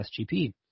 SGP